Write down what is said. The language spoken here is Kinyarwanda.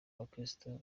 abakristu